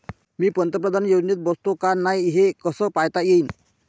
मी पंतप्रधान योजनेत बसतो का नाय, हे कस पायता येईन?